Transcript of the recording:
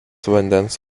vandens